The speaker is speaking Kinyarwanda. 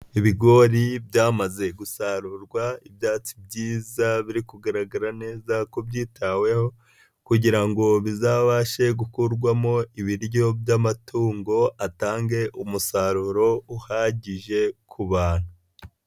Ibigori byamaze gusarurwa, ibyatsi byiza biri kugaragara neza ko byitaweho kugirango bizabashe gukurwamo ibiryo by'amatungo, atange umusaruro uhagije ku bantu.